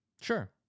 Sure